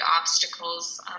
obstacles